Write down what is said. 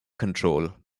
control